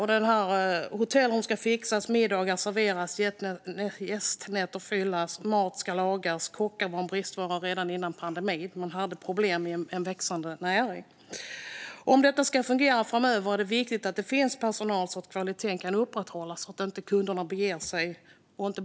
Hotellrum ska fixas, middagar ska serveras och gästnätter ska fyllas. Och mat ska lagas, men kockar var en bristvara redan före pandemin. Man hade problem med en växande näring. Om detta ska fungera framöver är det viktigt att det finns personal för att kunna upprätthålla kvaliteten, så att kunderna inte blir missnöjda.